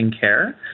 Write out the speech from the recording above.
care